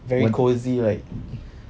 very cosy right